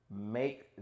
make